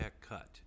cut